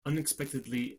unexpectedly